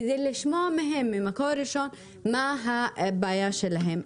על מנת לשמוע מהם ממקור ראשון מה הבעיה שלהם.